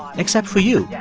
except for you, yeah